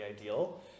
ideal